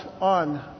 on